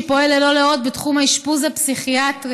שפועל ללא לאות בתחום האשפוז הפסיכיאטרי.